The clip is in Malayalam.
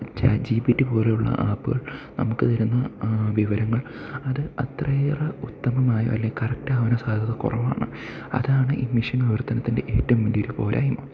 ചാറ്റ് ജി പി ടി പോലെയുള്ള ആപ്പുകൾ നമുക്ക് തരുന്ന വിവരങ്ങൾ അത് അത്രയേറെ ഉത്തമമായോ അല്ലെ കറക്റ്റാവാനോ സാധ്യത കുറവാണ് അതാണ് ഈ മെഷീൻ വിവർത്തനത്തിൻ്റെ ഏറ്റവും വലിയൊരു പോരായ്മ